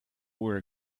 were